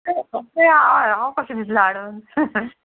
कशें हाड हांव कशें दिसलें हाडून